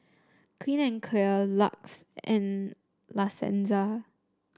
Clean and Clear Lux and La Senza